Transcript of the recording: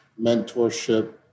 mentorship